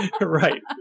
right